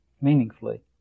meaningfully